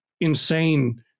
insane